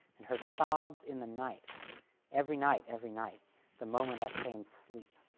and her sobs in the night every night, every night the moment i feigned sleep.